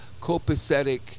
copacetic